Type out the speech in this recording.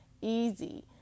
easy